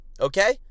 okay